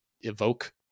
evoke